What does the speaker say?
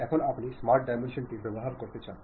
এখন আপনি smart dimension টি ব্যবহার করতে চান